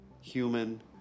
human